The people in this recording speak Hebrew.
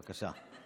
בבקשה.